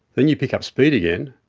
then you pick up speed again,